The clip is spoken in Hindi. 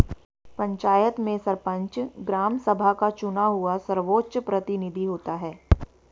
पंचायत में सरपंच, ग्राम सभा का चुना हुआ सर्वोच्च प्रतिनिधि होता है